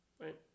right